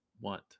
want